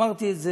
אמרתי את זה.